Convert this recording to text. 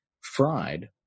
fried